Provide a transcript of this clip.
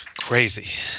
Crazy